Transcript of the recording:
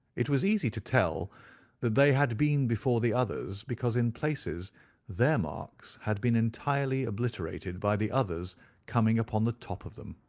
it was easy to tell that they had been before the others, because in places their marks had been entirely obliterated by the others coming upon the top of them.